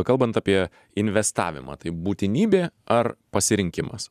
kalbant apie investavimą tai būtinybė ar pasirinkimas